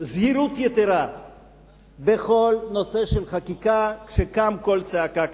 זהירות יתירה בכל נושא של חקיקה כשקם קול צעקה כזה.